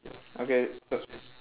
okay so